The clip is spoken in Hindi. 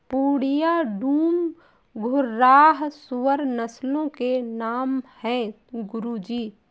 पूर्णिया, डूम, घुर्राह सूअर नस्लों के नाम है गुरु जी